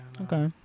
Okay